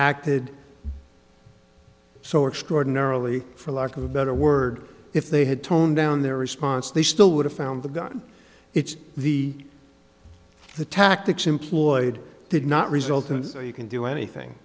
acted so extraordinarily for lack of a better word if they had toned down their response they still would have found the gun it's the the tactics employed did not result in so you can do anything